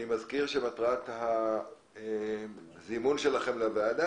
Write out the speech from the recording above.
אני מזכיר שמטרת הזימון שלכם לוועדה